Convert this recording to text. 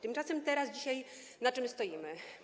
Tymczasem teraz, dzisiaj na czym stoimy?